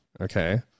okay